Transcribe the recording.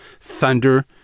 thunder